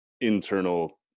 internal